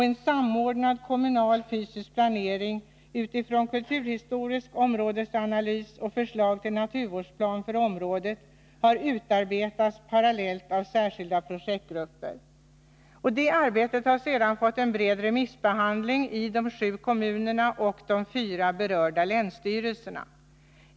En samordnad kommunal fysisk planering utifrån en kulturhistorisk områdesanalys och ett förslag till naturvårdsplan för området har utarbetats parallellt av särskilda projektgrupper. Det arbetet har sedan fått en bred remissbehandling i de sju kommunerna och de fyra berörda länsstyrelserna.